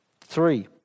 Three